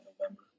November